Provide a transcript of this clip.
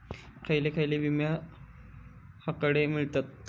खयले खयले विमे हकडे मिळतीत?